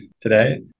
today